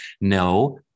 No